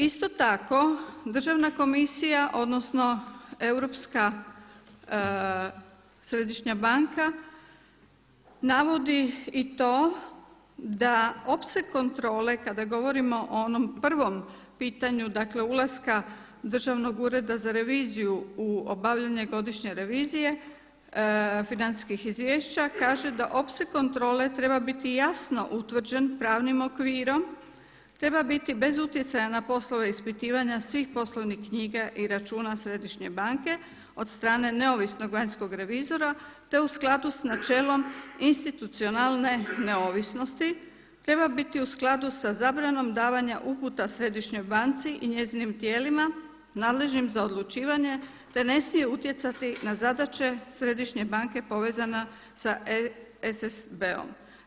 Isto tako, Državna komisija odnosno Europska središnja banka navodi i to da opseg kontrole kada govorimo o onom prvom pitanju, dakle ulaska Državnog ureda za reviziju u obavljanje godišnje revizije financijskih izvješća kaže da opseg kontrole treba biti jasno utvrđen pravnim okvirom, treba biti bez utjecaja na poslove ispitivanja svih poslovnih knjiga i računa središnje banke od strane neovisnog vanjskog revizora te u skladu s načelom institucionalne neovisnosti, treba biti u skladu sa zabranom davanja uputa središnjoj banci i njezinim tijelima nadležnim za odlučivanje te ne smije utjecati na zadaće središnje banke povezane sa ESSB-om.